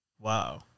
Wow